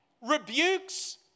rebukes